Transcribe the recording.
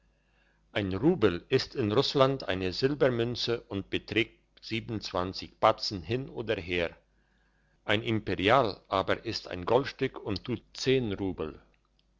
ein rubel ist in russland eine silbermünze und beträgt batzen hin oder her ein imperial aber ist ein goldstück und tut zehen rubel